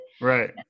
Right